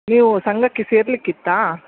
ನೀವು ಸಂಘಕ್ಕೆ ಸೇರ್ಲಿಕೆ ಇತ್ತಾ